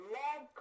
love